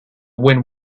win